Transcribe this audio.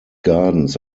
gardens